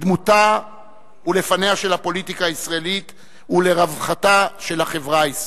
לדמותה ולפניה של הפוליטיקה הישראלית ולרווחתה של החברה הישראלית.